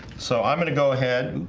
so i'm gonna go ahead